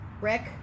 Rick